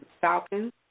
Falcons